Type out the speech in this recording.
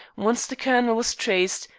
once the colonel was traced,